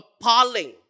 appalling